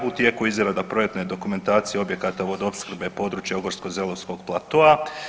U tijeku je izrada projektne dokumentacije objekata vodoopskrbe području Ogorsko-zelovskog platoa.